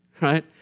right